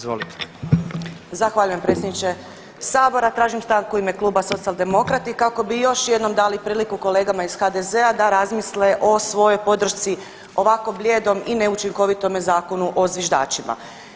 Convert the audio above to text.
Zahvaljujem predsjedniče Sabora, tražim stanku u ime kluba Socijaldemokrati kako bi još jednom dali priliku kolegama iz HDZ-a da razmisle o svojoj podršci ovako blijedom i neučinkovitome Zakonu o zviždačima.